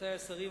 רבותי השרים,